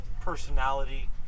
personality